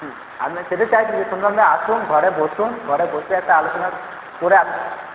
হুম আমরা সেটাই চাইছি যে আসুন ঘরে বসুন ঘরে বসে একটা আলোচনা করে